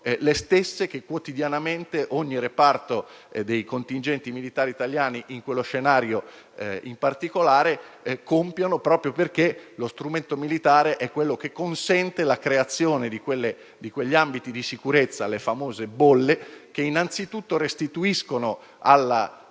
le stesse che quotidianamente ogni reparto dei contingenti militari italiani, in quello scenario in particolare, compie, proprio perché lo strumento militare è quello che consente la creazione di quegli ambiti di sicurezza, le famose bolle, che innanzitutto restituiscono alla